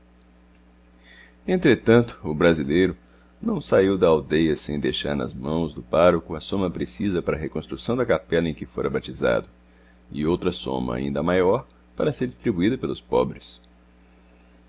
entretanto o brasileiro não saiu da aldeia sem deixar nas mãos do pároco a soma precisa para a reconstrução da capela em que fora batizado e outra soma ainda maior para ser distribuída pelos pobres